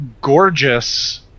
gorgeous